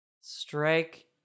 strike